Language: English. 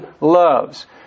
loves